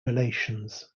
relations